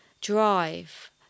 drive